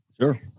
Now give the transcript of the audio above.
Sure